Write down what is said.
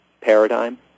paradigm